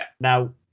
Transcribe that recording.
now